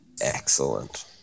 excellent